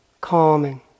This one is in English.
calming